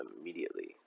immediately